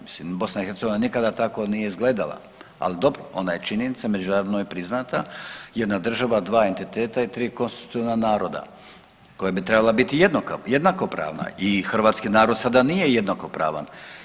Mislim BiH nikada tako nije izgledala, al dobro ona je činjenica, međunarodno je priznata, jedna država, dva entiteta i tri konstitutivna naroda koja bi trebala biti jednakopravna i hrvatski narod sada nije jednakopravan.